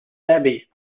debbie